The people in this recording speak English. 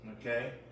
Okay